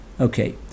Okay